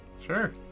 Sure